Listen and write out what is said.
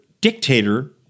dictator